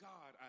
God